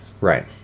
Right